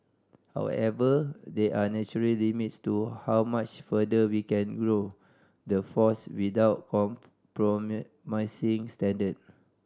however there are natural limits to how much further we can grow the force without compromising standard